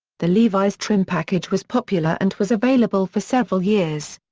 the levi's trim package was popular and was available for several years.